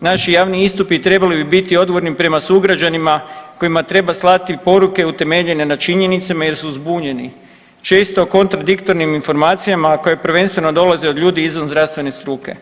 naši javni istupi trebali bi biti odgovorni prema sugrađanima kojima treba slati poruke utemeljene na činjenicama jer su zbunjeni često kontradiktornim informacijama, a koje prvenstveno dolaze od ljudi izvan zdravstvene struke.